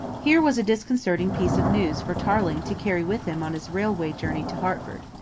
here was a disconcerting piece of news for tarling to carry with him on his railway journey to hertford.